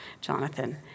Jonathan